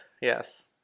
yes